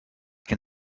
can